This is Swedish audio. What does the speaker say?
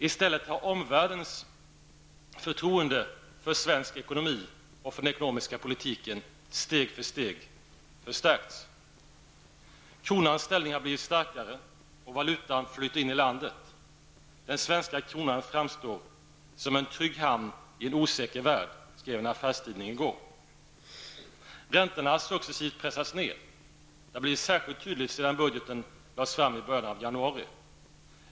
I stället har omvärldens förtroende för svensk ekonomi och för den ekonomiska politiken steg för steg förstärkts. Kronans ställning har blivit starkare, och valuta flyter in i landet. Den svenska kronan framstår som en trygg hamn i en osäker värld, skrev en affärstidning i går. Räntorna har successivt pressats ned. Det har blivit särskilt tydligt sedan budgetförslaget lades fram i början av januari.